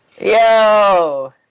yo